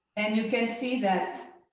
and you can see that